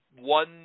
One